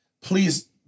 Please